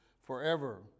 forever